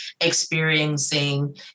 experiencing